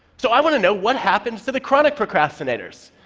so i want to know what happens to the chronic procrastinators.